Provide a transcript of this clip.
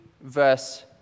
verse